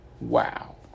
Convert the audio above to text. wow